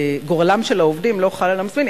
גורלם של העובדים לא חל על המזמין,